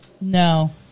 No